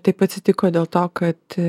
taip atsitiko dėl to kad